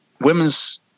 Women's